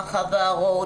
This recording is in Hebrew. החברות,